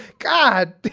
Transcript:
god,